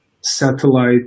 satellite